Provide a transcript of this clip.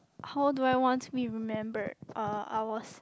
how do I want to be remembered uh I was